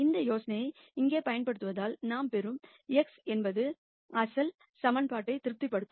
இந்த யோசனையை இங்கே பயன்படுத்துவதால் நாம் பெறும் x என்பது அசல் ஈகிவேஷன் திருப்திப்படுத்தும் ஒரு x b ஆகும்